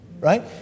right